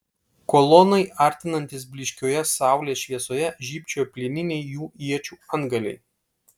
kolonai artinantis blyškioje saulės šviesoje žybčiojo plieniniai jų iečių antgaliai